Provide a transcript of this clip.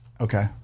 Okay